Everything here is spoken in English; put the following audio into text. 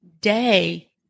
day